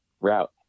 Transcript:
route